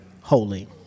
holy